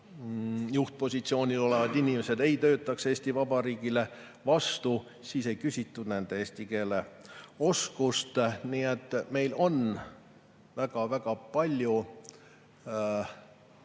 juhtpositsioonil olevad inimesed ei töötaks Eesti Vabariigile vastu, ei nõutud nendelt eesti keele oskust. Nii et meil on väga palju